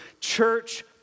church